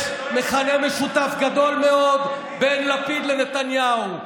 יש מכנה משותף גדול מאוד בין לפיד לנתניהו,